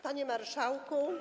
Panie Marszałku!